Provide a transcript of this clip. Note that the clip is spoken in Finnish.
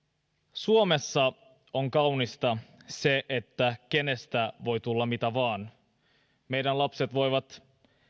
suomessa on kaunista se että kenestä vain voi tulla mitä vain meidän lapset voivat